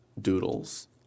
doodles